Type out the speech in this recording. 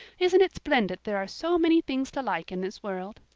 isn't it splendid there are so many things to like in this world?